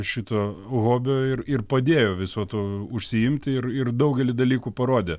šito hobio ir ir padėjo visuo tu užsiimti ir ir daugelį dalykų parodė